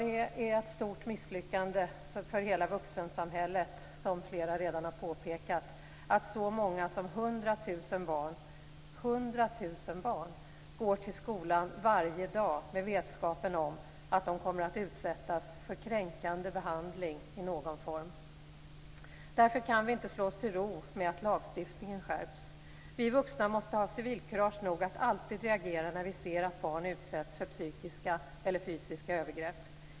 Det är ett stort misslyckande för hela vuxensamhället, vilket flera redan har påpekat, att så många som 100 000 barn går till skolan varje dag med vetskapen om att de kommer att utsättas för kränkande behandling i någon form. Därför kan vi inte slå oss till ro med att lagstiftningen skärps. Vi vuxna måste ha civilkurage nog att alltid reagera när vi ser att barn utsätts för psykiska eller fysiska övergrepp.